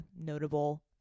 notable